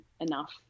enough